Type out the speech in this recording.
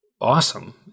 awesome